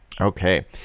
Okay